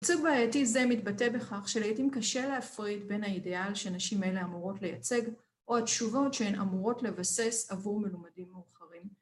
‫יצוג בעייתי זה מתבטא בכך ‫שהייתי קשה להפריד בין האידיאל ‫שנשים אלה אמורות לייצג ‫או התשובות שהן אמורות לבסס ‫עבור מלומדים מאוחרים.